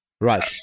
Right